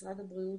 משרד הבריאות,